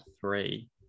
three